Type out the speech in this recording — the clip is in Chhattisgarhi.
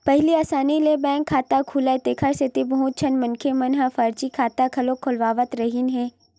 पहिली असानी ले बैंक खाता खुलय तेखर सेती बहुत झन मनखे मन ह फरजी खाता घलो खोलवावत रिहिन हे